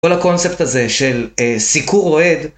כל הקונספט הזה של סיקור אוהד.